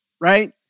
Right